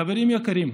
חברים יקרים,